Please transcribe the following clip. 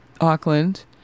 Auckland